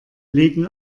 legen